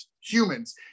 humans